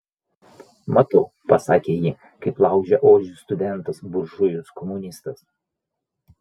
matau pasakė ji kaip laužia ožį studentas buržujus komunistas